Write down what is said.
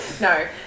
no